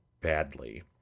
badly